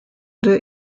der